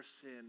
sin